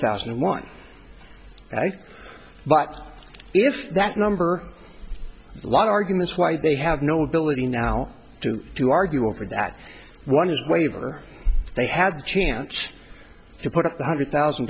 thousand and one but if that number one arguments why they have no ability now to to argue over that one is waiver they had the chance to put up one hundred thousand